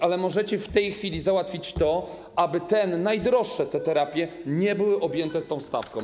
Ale możecie w tej chwili załatwić to, aby te najdroższe terapie nie były objęte tą stawką.